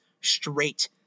straight